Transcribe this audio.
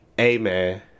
amen